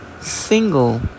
single